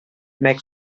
make